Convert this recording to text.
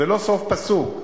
זה לא סוף פסוק.